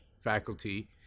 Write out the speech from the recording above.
faculty